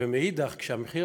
ומאידך גיסא,